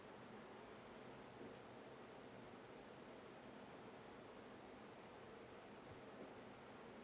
mm